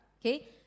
okay